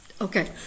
Okay